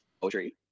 poetry